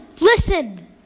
Listen